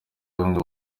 bamwe